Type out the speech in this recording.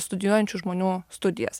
studijuojančių žmonių studijas